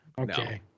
okay